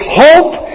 hope